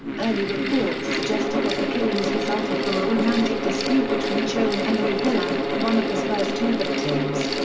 early reports suggested that the killings resulted from a romantic dispute between cho and emily hilscher, one of his first two victims.